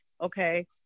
Okay